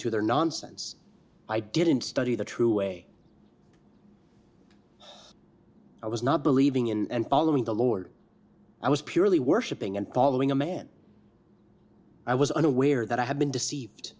to their nonsense i didn't study the true way i was not believing in and following the lord i was purely worshipping and following a man i was unaware that i had been deceived